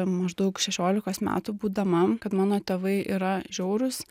maždaug šešiolikos metų būdama kad mano tėvai yra žiaurūs